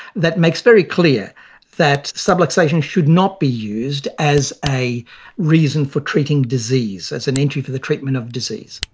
that makes very clear that subluxation should not be used as a reason for treating disease, as an entry for the treatment of disease.